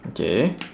okay